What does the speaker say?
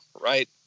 right